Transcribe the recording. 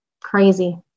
crazy